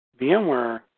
VMware